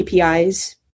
APIs